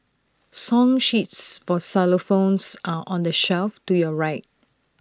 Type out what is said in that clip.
song sheets for xylophones are on the shelf to your right